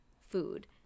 food